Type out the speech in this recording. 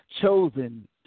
chosen